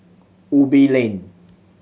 Ubi Link